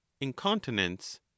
incontinence